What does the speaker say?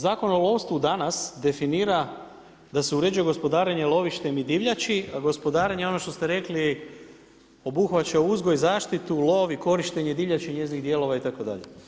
Zakon o lovstvu danas definira da se uređuje gospodarenje lovištem i divljači, gospodarenje ono što ste rekli, obuhvaća uzgoj zaštitu, lov i korištenje divljači i njezinih dijelova itd.